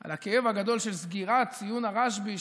על הכאב הגדול של סגירת ציון הרשב"י,